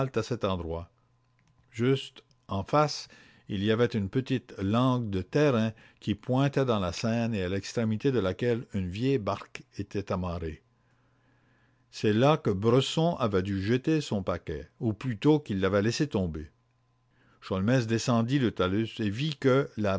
à cet endroit juste en face il y avait une petite langue de terrain qui pointait dans la seine et à l'extrémité de laquelle une vieille barque était amarrée c'est là que bresson avait dû jeter son paquet ou plutôt qu'il l'avait laissé tomber sholmès descendit le talus et vit que la